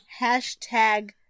Hashtag